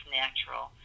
natural